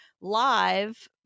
live